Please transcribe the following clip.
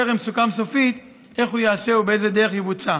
טרם סוכם סופית איך הוא ייעשה ובאיזו דרך יבוצע.